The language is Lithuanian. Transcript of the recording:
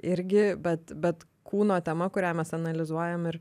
irgi bet bet kūno tema kurią mes analizuojam ir